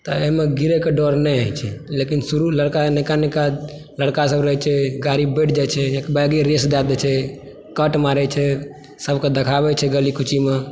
तऽ एहिमे गिरयके डर नहि होइ छै लेकिन शुरु लड़का नयका नयका सब रहैया छै गाड़ीमे बठि जाइ छै एकबैगे रेस दे दै छै कट मारय छै सबके देखाबै छै गली कुचीमे